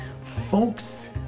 folks